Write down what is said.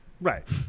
Right